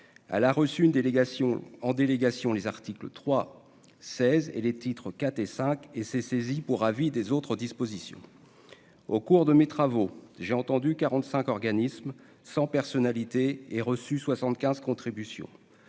délégation en délégation, les articles 3 16 et les titres quatre et cinq et s'est saisie pour avis des autres dispositions au cours de mes travaux, j'ai entendu 45 organismes sans personnalité et reçu 75 contributions